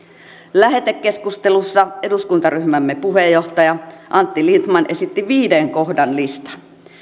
lähetekeskustelussa eduskuntaryhmämme puheenjohtaja antti lindtman esitti viiden kohdan listan